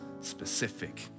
specific